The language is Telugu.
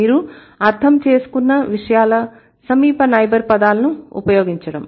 మీరు అర్థం చేసుకున్న విషయాల సమీప నైబర్ పదాలను ఉపయోగించడం